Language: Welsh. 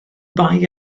bai